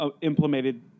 implemented